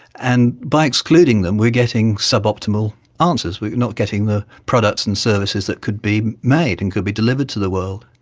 and by excluding them we are getting suboptimal answers, we are not getting the products and services that could be made and could be delivered to the world.